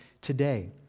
today